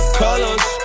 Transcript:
colors